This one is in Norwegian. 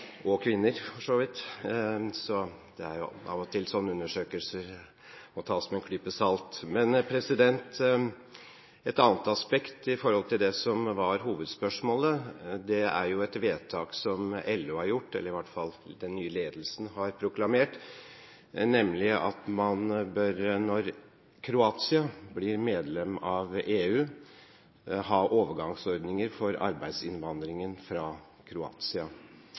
og kvinner, for så vidt. Av og til må sånne undersøkelser tas med en klype salt. Et annet aspekt i forhold til det som var hovedspørsmålet, er et vedtak som LO har gjort – eller som i hvert fall den nye ledelsen har proklamert – nemlig at når Kroatia blir medlem av EU, bør man ha overgangsordninger for arbeidsinnvandring fra Kroatia.